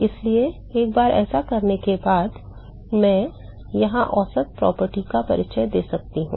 इसलिए एक बार ऐसा करने के बाद मैं यहां औसत प्रॉपर्टी का परिचय दे सकता हूं